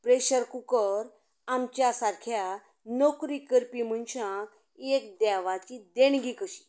pressure cooker आमच्या सारक्या नोकरी करपी मनशांक एक देवाची देणगी कशीं